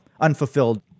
unfulfilled